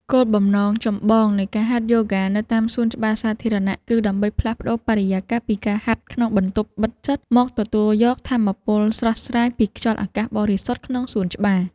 គោលបំណងចម្បងនៃការហាត់យូហ្គានៅតាមសួនច្បារសាធារណៈ គឺដើម្បីផ្លាស់ប្តូរបរិយាកាសពីការហាត់ក្នុងបន្ទប់បិទជិត មកទទួលយកថាមពលស្រស់ស្រាយពីខ្យល់អាកាសបរិសុទ្ធក្នុងសួនច្បារ។